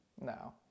No